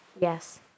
Yes